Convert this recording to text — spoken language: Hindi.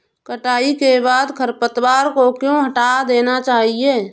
कटाई के बाद खरपतवार को क्यो हटा देना चाहिए?